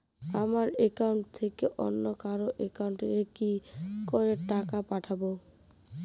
আমার একাউন্ট থেকে অন্য কারো একাউন্ট এ কি করে টাকা পাঠাবো?